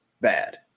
bad